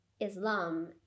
Islam